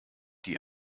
die